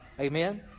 Amen